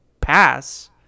pass